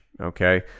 Okay